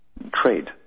trade